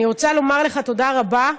אני רוצה לומר לך תודה רבה.